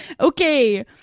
okay